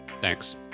Thanks